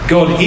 God